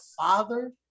father